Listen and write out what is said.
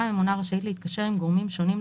הממונה רשאית להתקשר עם גורמים שונים,